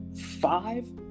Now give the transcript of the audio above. five